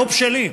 לא בשלים,